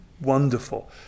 wonderful